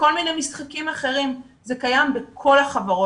בכל מיני משחקים אחרים, זה קיים בכל החברות.